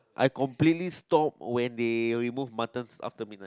I completely stopped after they removed muttons after midnight